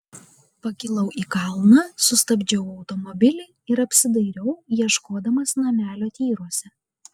pakilau į kalną sustabdžiau automobilį ir apsidairiau ieškodamas namelio tyruose